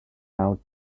out